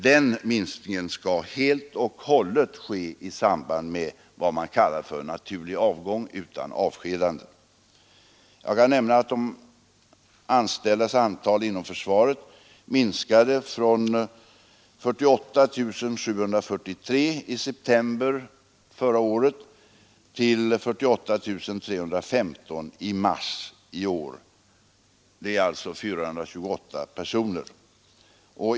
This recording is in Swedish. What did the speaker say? Den minskningen skall helt och hållet ske i samband med vad man kallar naturlig avgång, således utan avskedande. Jag kan nämna att de anställdas antal inom försvaret minskade från 48 743 i september förra året till 48 315 i mars i år, alltså med 428 personer.